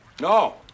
No